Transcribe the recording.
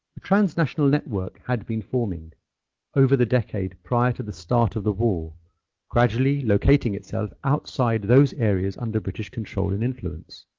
transnational network had been forming over the decade prior to the start of the war gradually locating itself outside those areas under british control and influence.